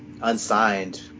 unsigned